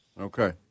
Okay